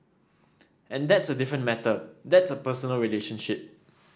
and that's a different matter that's a personal relationship